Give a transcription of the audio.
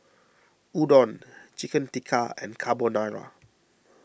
Udon Chicken Tikka and Carbonara